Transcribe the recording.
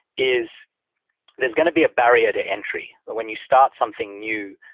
is there's going to be a barrier to entry. but when you start something new,